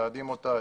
מתעדים אותה,